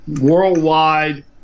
worldwide